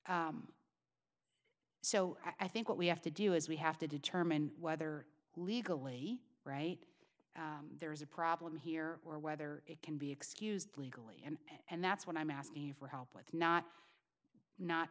so i think what we have to do is we have to determine whether legally right there is a problem here or whether it can be excused legally and that's what i'm asking for help with not not